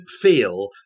feel